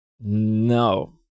No